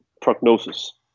prognosis